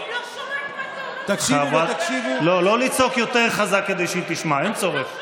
לא, לא לצעוק יותר חזק כדי שהיא תשמע, אין צורך.